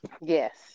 yes